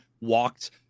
walked